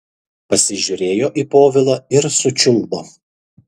pasižiūrėjo į povilą ir sučiulbo